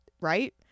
right